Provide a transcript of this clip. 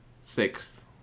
Sixth